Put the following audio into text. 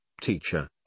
Teacher